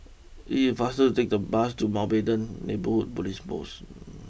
it is faster to take the bus to Mountbatten Neighbourhood police post